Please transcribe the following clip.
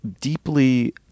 deeply